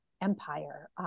empire